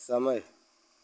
समय